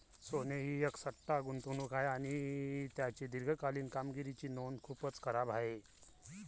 सोने ही एक सट्टा गुंतवणूक आहे आणि त्याची दीर्घकालीन कामगिरीची नोंद खूपच खराब आहे